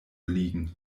liegen